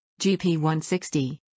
GP160